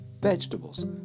vegetables